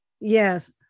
Yes